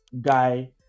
guy